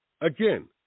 Again